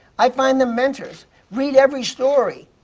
i find the mentors read every story.